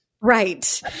Right